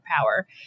power